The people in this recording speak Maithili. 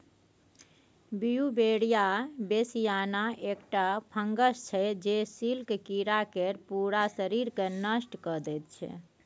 बीउबेरिया बेसियाना एकटा फंगस छै जे सिल्क कीरा केर पुरा शरीरकेँ नष्ट कए दैत छै